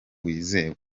wizewe